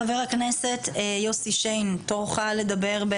חבר הכנסת יוסי שיין, תורך לדבר.